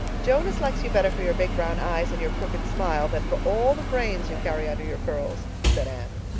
jonas likes you better for your big brown eyes and your crooked smile than for all the brains you carry under your curls, said anne.